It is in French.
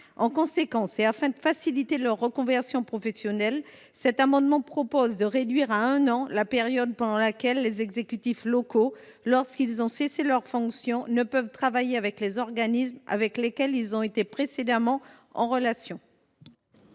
En conséquence, et afin de faciliter leur reconversion professionnelle, nous proposons de réduire à un an la période pendant laquelle les exécutifs locaux, lorsqu’ils ont cessé leurs fonctions, ne peuvent travailler avec les organismes avec lesquels ils ont été précédemment en relation.